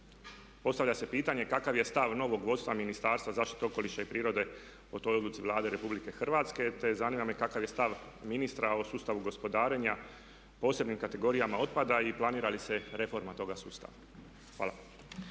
Postavlja se pitanje kakav je stav novog vodstva Ministarstva zaštite okoliša i prirode o toj odluci Vlade RH te zanima me kakav je stav ministra o sustavu gospodarenja posebnim kategorijama otpada i planira li se reforma toga sustava. Hvala.